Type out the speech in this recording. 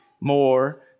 more